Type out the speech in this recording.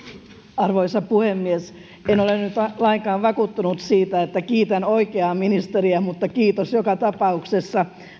arvoisa puhemies en ole nyt lainkaan vakuuttunut siitä että kiitän oikeaa ministeriä mutta kiitos joka tapauksessa